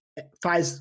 Faz